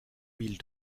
mille